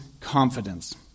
confidence